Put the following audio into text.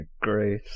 great